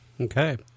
Okay